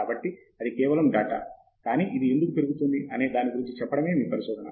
కాబట్టి అది కేవలం డేటా కానీ ఇది ఎందుకు పెరుగుతోంది అనే దాని గురించి చెప్పటమే మీ పరిశోధన